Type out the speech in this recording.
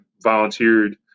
volunteered